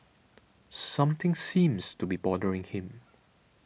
something seems to be bothering him